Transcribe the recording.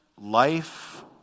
life